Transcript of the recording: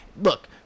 Look